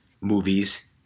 movies